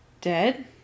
Dead